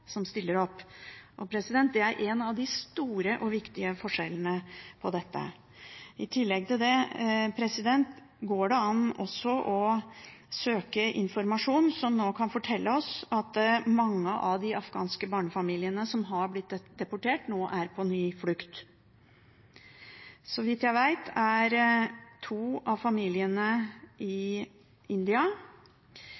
som stiller opp. Det er en av de store og viktige forskjellene på dette. I tillegg går det an å søke informasjon som nå kan fortelle oss at mange av de afghanske barnefamiliene som har blitt deportert, nå er på ny flukt. Så vidt jeg vet, er to av familiene i India.